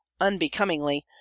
unbecomingly